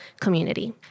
community